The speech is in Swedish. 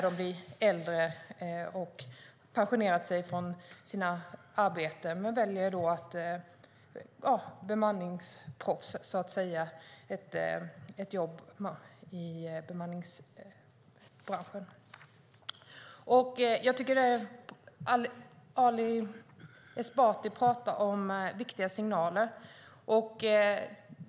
De har pensionerat sig från sina arbeten och väljer att bli proffs i bemanningsbranschen. Ali Esbati pratar om viktiga signaler.